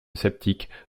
sceptique